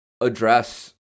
address